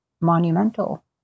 monumental